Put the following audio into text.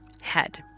head